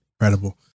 Incredible